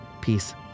peace